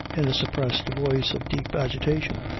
in a suppressed voice of deep agitation,